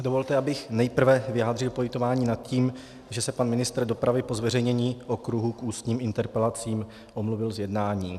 Dovolte, abych nejprve vyjádřil politování nad tím, že se pan ministr dopravy po zveřejnění okruhů k ústním interpelacím omluvil z jednání.